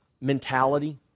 mentality